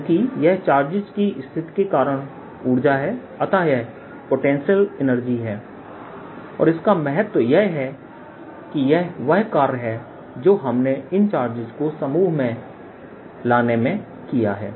चूंकि यह चार्जेस की स्थिति के कारण ऊर्जा है अतः यह पोटेंशियल है और इसका महत्व यह है कि यह वह कार्य है जो हमने इन चार्जेस को समूह को लाने में किया है